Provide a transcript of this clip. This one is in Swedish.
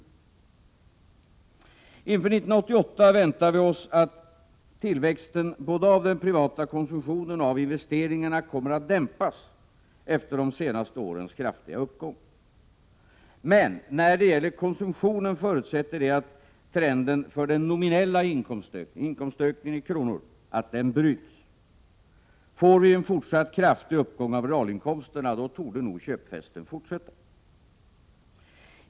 Inför 1988 förväntade vi oss att tillväxten av både den privata konsumtionen och investeringarna skulle dämpas efter de senaste årens kraftiga uppgång. Vad gäller konsumtionen förutsätter det att trenden för den nominella inkomstökningen i kronor räknat bryts. Får vi en fortsatt kraftig uppgång av realinkomsterna, då torde köpfesten fortsätta.